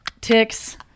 ticks